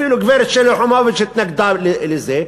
אפילו הגברת שלי יחימוביץ התנגדה לזה,